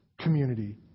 community